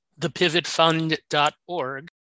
Thepivotfund.org